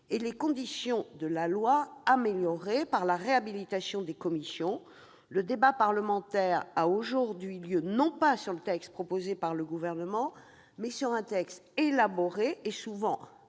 et propositions de loi améliorées par la réhabilitation des commissions, le débat parlementaire ayant aujourd'hui lieu non pas sur le texte proposé par le Gouvernement, mais sur un texte élaboré, et souvent amélioré,